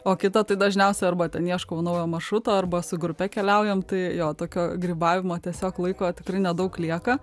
o kita tai dažniausia arba ten ieškau naujo maršruto arba su grupe keliaujam tai jo tokio grybavimo tiesiog laiko tikrai nedaug lieka